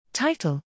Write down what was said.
Title